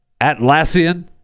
Atlassian